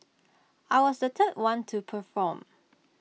I was the third one to perform